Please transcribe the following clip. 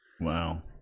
Wow